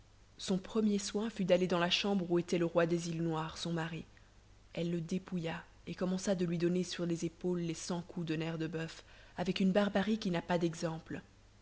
son premier soin fut d'aller dans la chambre où était le roi des îles noires son mari elle le dépouilla et commença de lui donner sur les épaules les cent coups de nerf de boeuf avec une barbarie qui n'a pas d'exemple